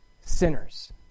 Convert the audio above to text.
sinners